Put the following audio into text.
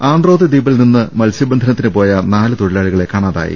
ആന്ത്രോത്ത് ദ്വീപിൽനിന്ന് മത്സ്യ ബന്ധനത്തിന് പോയ നാല് തൊഴിലാളികളെ കാണാതായി